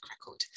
record